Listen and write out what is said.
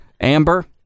Amber